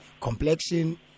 Complexion